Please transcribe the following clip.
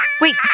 Wait